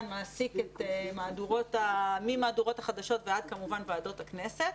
מעסיק את מהדורות החדשות ואת ועדות הכנסת